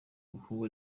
ubukungu